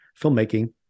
filmmaking